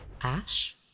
Ash